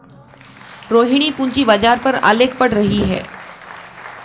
रोहिणी पूंजी बाजार पर आलेख पढ़ रही है